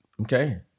okay